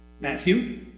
Matthew